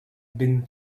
been